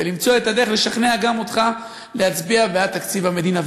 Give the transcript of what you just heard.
ולמצוא את הדרך לשכנע גם אותך להצביע בעד תקציב המדינה.